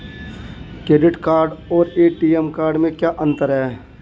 Credit card और ATM card में क्या अंतर है?